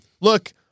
look